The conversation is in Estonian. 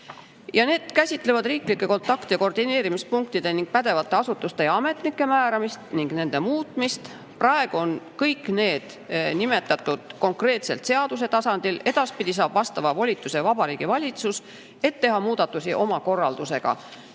need käsitlevad riiklike kontakte ja koordineerimispunktide ning pädevate asutuste ja ametnike määramist ning nende muutmist. Praegu on kõik need nimetatud konkreetselt seaduse tasandil, edaspidi saab vastava volituse Vabariigi Valitsus, et teha muudatusi oma korraldusega.